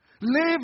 Live